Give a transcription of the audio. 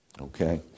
Okay